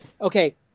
okay